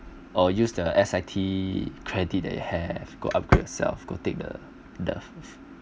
or use the S_I_T credit that you have go upgrade yourself go take the the